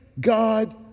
God